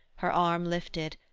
her arm lifted,